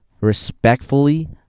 respectfully